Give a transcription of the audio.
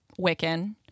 Wiccan